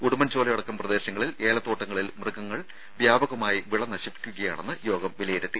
ഉടുമ്പൻചോലയടക്കം പ്രദേശങ്ങളിൽ ഏലത്തോട്ടങ്ങളിൽ മൃഗങ്ങൾ വ്യാപകമായി വിള നശിപ്പിക്കുകയാണെന്ന് യോഗം വിലയിരുത്തി